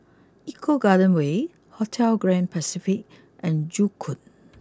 Eco Garden way Hotel Grand Pacific and Joo Koon